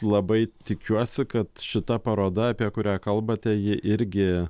labai tikiuosi kad šita paroda apie kurią kalbate ji irgi